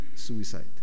suicide